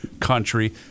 country